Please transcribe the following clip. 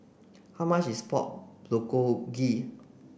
how much is Pork Bulgogi